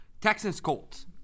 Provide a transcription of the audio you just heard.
Texans-Colts